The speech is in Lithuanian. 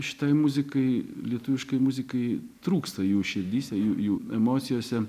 šitai muzikai lietuviškai muzikai trūksta jų širdyse jų emocijose